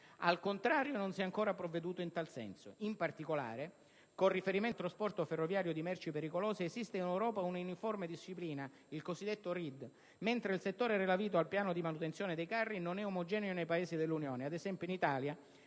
Al contrario, non si è ancora provveduto in tal senso. In particolare, con riferimento al trasporto ferroviario di merci pericolose, esiste in Europa una uniforme disciplina, il cosiddetto RID, mentre il settore relativo al piano di manutenzione dei carri non è omogeneo nei Paesi UE. Ad esempio, in Italia